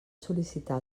sol·licitar